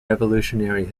evolutionary